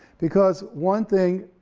because one thing